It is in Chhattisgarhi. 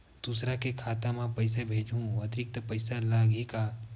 दूसरा के खाता म पईसा भेजहूँ अतिरिक्त पईसा लगही का?